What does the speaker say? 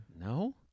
No